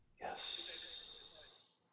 Yes